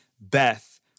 Beth